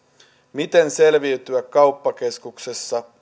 miten selviytyä kauppakeskuksessa